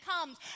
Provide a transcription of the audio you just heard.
comes